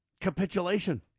capitulation